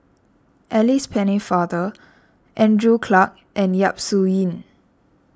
Alice Pennefather Andrew Clarke and Yap Su Yin